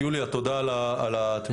יוליה, תודה על התמיכה.